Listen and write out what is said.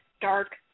dark